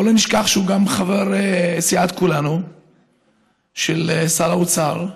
בואו לא נשכח שהוא גם חבר סיעת כולנו של שר האוצר.